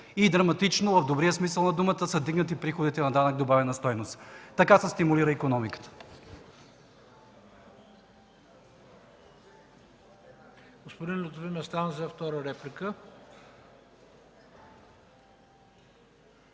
Драматично – в добрия смисъл на думата – са вдигнати приходите от данък добавена стойност. Така се стимулира икономиката.